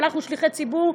אנחנו שליחי ציבור,